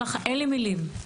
אין לי מילים.